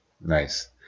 Nice